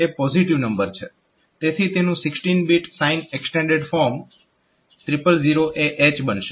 તેથી તેનું 16 bit sign extended form 000AH બનશે